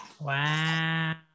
Wow